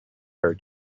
her